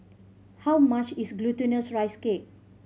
how much is Glutinous Rice Cake